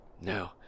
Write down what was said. No